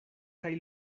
kaj